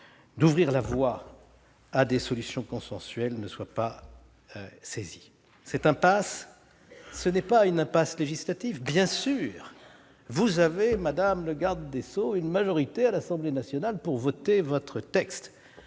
de trouver des solutions consensuelles ne soit pas saisie. Cette impasse n'est pas une impasse législative. Bien sûr, vous disposez, madame la garde des sceaux, d'une majorité à l'Assemblée nationale pour voter votre texte,